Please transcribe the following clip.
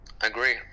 Agree